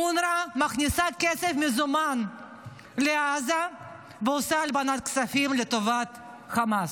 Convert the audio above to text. אונר"א מכניסה כסף מזומן לעזה ועושה הלבנת כספים לטובת חמאס.